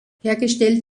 hergestellt